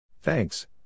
Thanks